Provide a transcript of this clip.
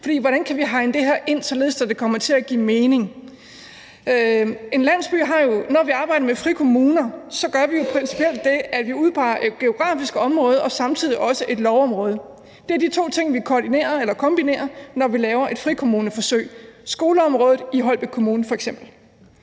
hvordan kan vi hegne det her ind, således at det kommer til at give mening? Når vi arbejder med frikommuner, gør vi jo principielt det, at vi udpeger et geografisk område og samtidig også et lovområde. Det er de to ting, vi kombinerer, når vi laver et frikommuneforsøg; f.eks. skoleområdet i Holbæk Kommune.